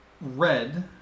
Red